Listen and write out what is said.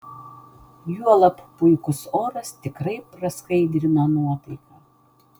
juolab puikus oras tikrai praskaidrino nuotaiką